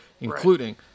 including